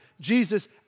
Jesus